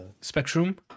Spectrum